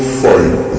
fight